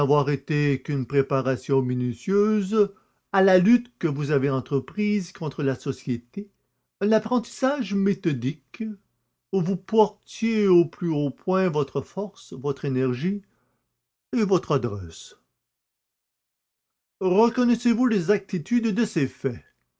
été qu'une préparation minutieuse à la lutte que vous avez entreprise contre la société un apprentissage méthodique où vous portiez au plus haut point votre force votre énergie et votre adresse reconnaissez-vous l'exactitude de ces faits